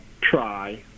try